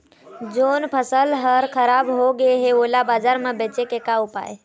जोन फसल हर खराब हो गे हे, ओला बाजार म बेचे के का ऊपाय हे?